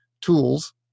tools